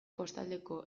kostaldeko